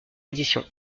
édition